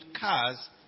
cars